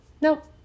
nope